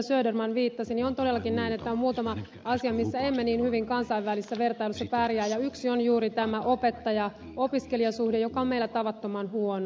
söderman viittasi niin on todellakin näin että on muutama asia missä emme niin hyvin kansainvälisessä vertailussa pärjää ja yksi on juuri tämä opettajaopiskelija suhde joka on meillä tavattoman huono